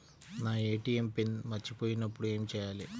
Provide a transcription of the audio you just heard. నా ATM pin మర్చిపోయినప్పుడు ఏమి చేయాలి?